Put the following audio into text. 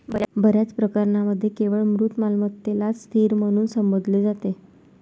बर्याच प्रकरणांमध्ये केवळ मूर्त मालमत्तेलाच स्थिर म्हणून संबोधले जाते